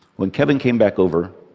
when kevin came back over,